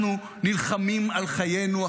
אנחנו נלחמים על חיינו,